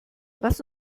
lass